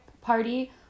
Party